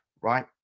right